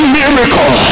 miracle